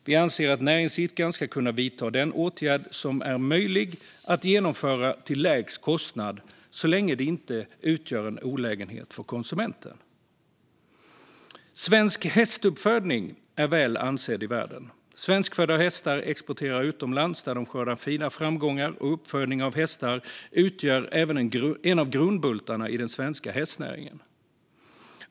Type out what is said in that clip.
Vi anser att näringsidkaren ska kunna vidta den åtgärd som är möjlig att genomföra till lägst kostnad så länge det inte utgör en olägenhet för konsumenten. Svensk hästuppfödning är väl ansedd i världen. Svenskfödda hästar exporteras utomlands där de skördar fina framgångar, och uppfödning av hästar utgör även en av grundbultarna i den svenska hästnäringen.